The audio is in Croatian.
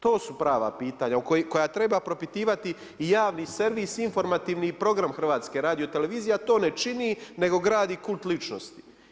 To su prava pitanja koja treba propitivati i javni servis i informativni program HRT-a a to ne čini, nego kult ličnosti.